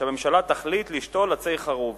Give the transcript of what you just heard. שהממשלה שם תחליט לשתול עצי חרוב